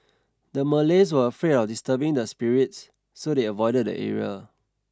the Malays were afraid of disturbing the spirits so they avoided the area